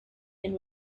and